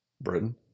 Britain